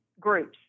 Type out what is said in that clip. Groups